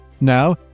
Now